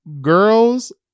Girls